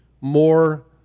more